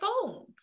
phone